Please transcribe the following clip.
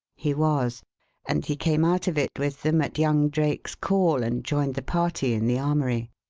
he was and he came out of it with them at young drake's call, and joined the party in the armoury.